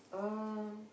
um